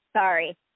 Sorry